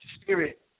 spirit